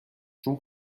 چون